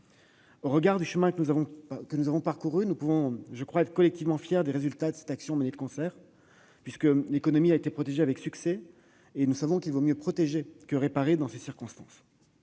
Au regard du chemin que nous avons parcouru, nous pouvons être collectivement fiers des résultats de notre action menée de concert : l'économie a été protégée avec succès et nous savons que, dans ces circonstances,